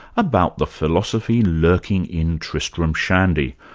about the philosophy lurking in tristram shandy,